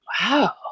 Wow